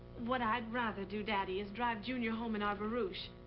what i'd rather do, daddy, is drive junior home in our barouche.